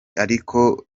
ariko